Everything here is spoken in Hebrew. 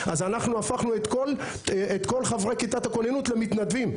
אז אנחנו הפכנו את כל חברי כיתת הכוננות למתנדבים,